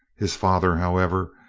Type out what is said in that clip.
his father, however,